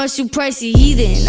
much, too pricey heathen,